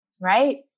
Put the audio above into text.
right